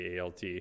ALT